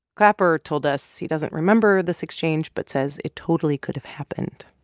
clapper told us he doesn't remember this exchange, but says it totally could have happened.